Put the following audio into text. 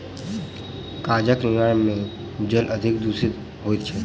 कागजक निर्माण मे जल अत्यधिक दुषित होइत छै